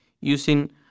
using